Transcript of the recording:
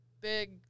Big